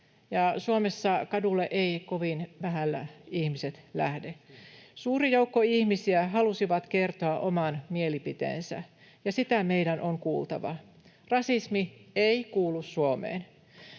Suomessa kadulle eivät kovin vähällä ihmiset lähde. Suuri joukko ihmisiä halusi kertoa oman mielipiteensä, ja sitä meidän on kuultava. Rasismi ei kuulu Suomeen.